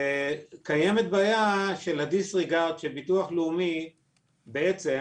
קיימת בעיה של דיסריגרד שביטוח לאומי בעצם,